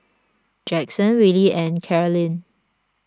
Jaxon Willy and Carlyn